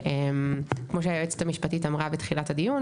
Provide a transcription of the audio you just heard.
כמו שהיועצת המשפטית אמרה בתחילת הדיון,